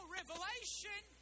revelation